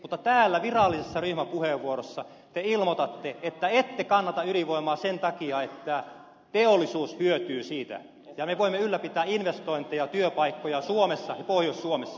mutta täällä virallisessa ryhmäpuheenvuorossa te ilmoitatte että ette kannata ydinvoimaa sen takia että teollisuus hyötyy siitä ja me voimme ylläpitää investointeja työpaikkoja suomessa pohjois suomessa